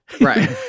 Right